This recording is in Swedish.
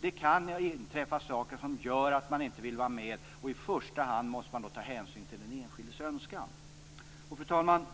Det ha inträffat saker som gör att man inte vill vara med, och i första hand måste man då hänsyn till den enskildes önskan. Fru talman!